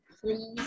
please